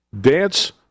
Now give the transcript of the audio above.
Dance